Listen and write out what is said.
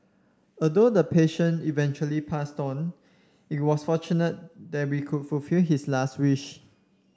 although the patient eventually passed on it was fortunate that we could fulfil his last wish